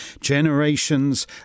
generations